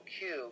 cube